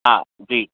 हा जी